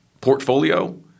portfolio